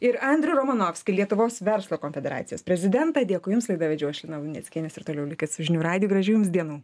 ir andrių romanovskį lietuvos verslo konfederacijos prezidentą dėkui jums laidą vedžiau aš lina luneckienės ir toliau likit su žinių radiju gražių jums dienų